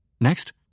Next